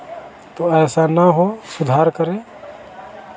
तो ऐसा ना हो सुधार करें